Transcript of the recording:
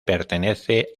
pertenece